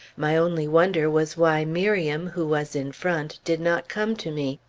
my only wonder was why miriam, who was in front, did not come to me.